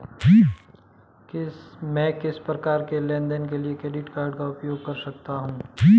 मैं किस प्रकार के लेनदेन के लिए क्रेडिट कार्ड का उपयोग कर सकता हूं?